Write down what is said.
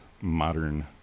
modern